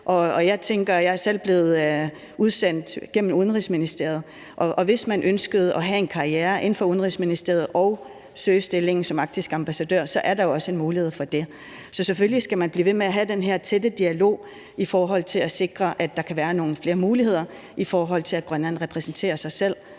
Jeg er selv blevet udsendt gennem Udenrigsministeriet, og hvis man ønsker at have en karriere inden for Udenrigsministeriet og søge stillingen som arktisk ambassadør, er der jo også mulighed for det. Så selvfølgelig skal man blive ved med at have den her tætte dialog i forhold til at sikre, at der kan være nogle flere muligheder for, at Grønland repræsenterer sig selv,